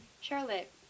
charlotte